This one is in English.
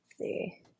see